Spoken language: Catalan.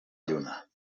lluna